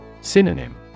Synonym